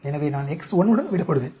எனவே நான் X1 உடன் விடப்படுவேன்